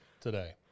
today